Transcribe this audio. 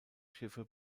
schiffe